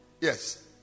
Yes